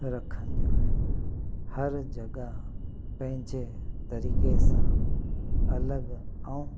रखंदियूं आहिनि हर जॻह पंहिंजे तरीक़े सां अलॻि ऐं